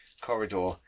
corridor